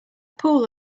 pool